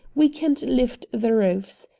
we can't lift the roofs.